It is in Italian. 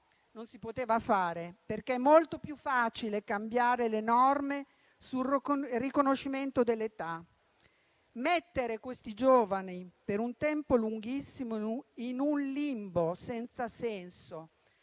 lo si poteva fare, perché è molto più facile cambiare le norme sul riconoscimento dell'età, mettere questi giovani per un tempo lunghissimo in un limbo senza senso,